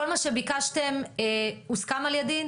כל מה שביקשתם הוסכם על ידי,